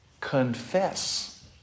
confess